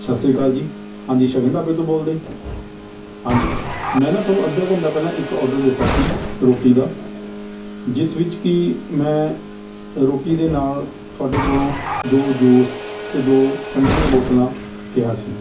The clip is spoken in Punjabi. ਸਤਿ ਸ਼੍ਰੀ ਅਕਾਲ ਜੀ ਹਾਂਜੀ ਸ਼ਗਨ ਢਾਬੇ ਤੋਂ ਬੋਲਦੇ ਹਾਂਜੀ ਮੈਂ ਨਾ ਤੁਹਾਨੂੰ ਅੱਧਾ ਘੰਟਾ ਪਹਿਲਾਂ ਇੱਕ ਓਡਰ ਦਿੱਤਾ ਸੀ ਰੋਟੀ ਦਾ ਜਿਸ ਵਿੱਚ ਕਿ ਮੈਂ ਰੋਟੀ ਦੇ ਨਾਲ ਤੁਹਾਡੇ ਕੋਲੋਂ ਦੋ ਜੂਸ ਅਤੇ ਦੋ ਠੰਢੇ ਦੀਆਂ ਬੋਤਲਾਂ ਕਿਹਾ ਸੀ